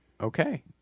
Okay